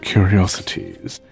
Curiosities